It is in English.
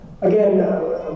Again